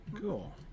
Cool